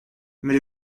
mais